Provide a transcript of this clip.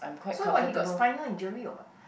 so what he got spinal injury or what